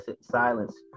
silence